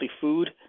food